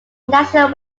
national